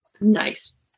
Nice